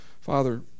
Father